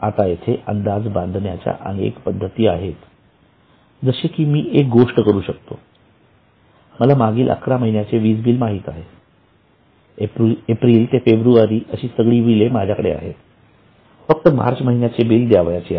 आता येथे अंदाज बांधण्याच्या अनेक पद्धती आहेत जसे की मी एक गोष्ट करू शकतो मला मागील अकरा महिन्याचे बिल माहित आहे एप्रिल ते फेब्रुवारी अशी सगळी बिले माझ्याकडे आहेत फक्त मार्च महिन्याचे बिल द्यावयाचे आहे